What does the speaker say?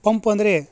pump ಅಂದರೆ